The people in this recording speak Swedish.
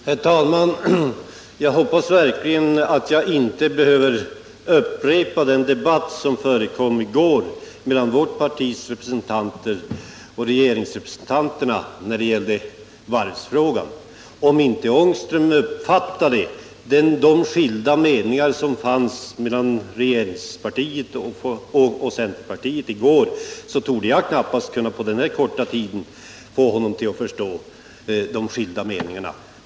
Herr talman! Jag hoppas verkligen att jag inte behöver upprepa den debatt i varvsfrågan som förekom i går mellan vårt partis representanter och regeringspartirepresentanterna. Om inte Rune Ångström uppfattade de skilda meningar som fanns mellan regeringspartiet och centerpartiet i går torde knappast jag på den korta tid som står till förfogande kunna få honom att förstå skillnaderna.